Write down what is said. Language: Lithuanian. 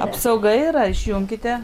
apsauga yra išjunkite